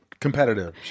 competitive